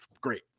Great